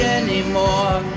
anymore